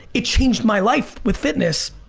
it changed my life with fitness.